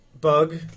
Bug